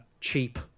cheap